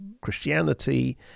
Christianity